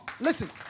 Listen